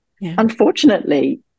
Unfortunately